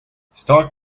stark